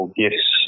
gifts